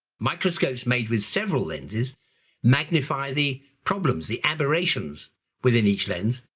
microscopes made with several lenses magnify the problems, the aberrations within each lens,